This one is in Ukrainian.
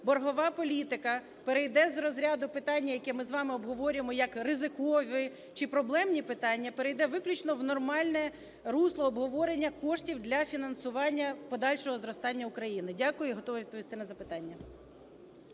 боргова політика перейде з розряду питання, яке ми з вами обговорюємо як ризиковий чи проблемні питання, перейде виключно в нормальне русло обговорення коштів для фінансування подальшого зростання України. Дякую. Я готова відповісти на запитання.